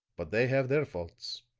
but they have their faults.